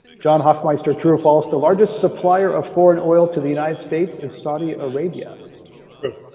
john, hofmeister, true false. the largest supplier of foreign oil to the united states is saudi arabia true. i